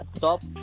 stop